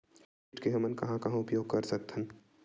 Credit के हमन कहां कहा उपयोग कर सकत हन?